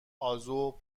ازاو